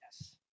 Yes